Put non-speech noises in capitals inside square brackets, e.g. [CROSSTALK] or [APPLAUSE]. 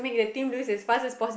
[BREATH]